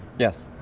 yes.